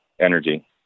energy